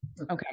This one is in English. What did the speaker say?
Okay